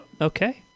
Okay